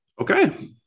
okay